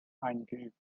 eingeübt